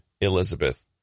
Elizabeth